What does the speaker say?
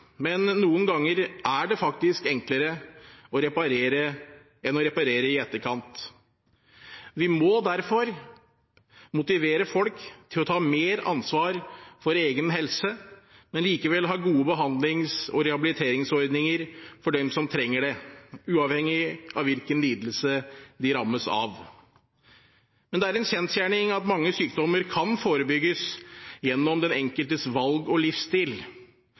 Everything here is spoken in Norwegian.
men noen ganger er det faktisk enklere enn å reparere i etterkant. Vi må derfor motivere folk til å ta mer ansvar for egen helse, men likevel ha gode behandlings- og rehabiliteringsordninger for dem som trenger det, uavhengig av hvilken lidelse de rammes av. Men det er en kjensgjerning at mange sykdommer kan forebygges gjennom den enkeltes valg og livsstil,